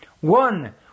One